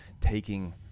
taking